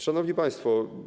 Szanowni Państwo!